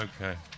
Okay